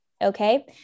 Okay